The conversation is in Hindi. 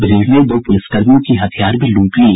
भीड़ ने दो पुलिसकर्मियों की हथियार भी लूट ली